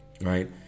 right